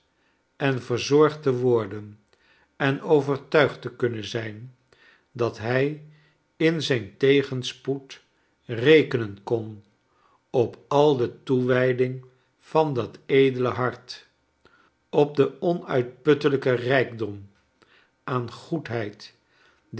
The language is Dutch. en verzorgd te worden en overtuigd te kunnen zijn dat hij in zijn tegenspoed rekenen kon op al de toewijding van dat edele hart op den onuitputtelijken rijkdom aan goedheid